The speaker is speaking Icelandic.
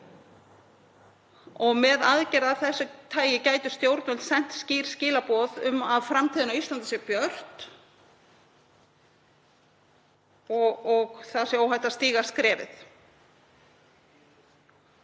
og með aðgerð af þessu tagi gætu stjórnvöld sent skýr skilaboð um að framtíðin á Íslandi sé björt og að óhætt sé að stíga skrefið.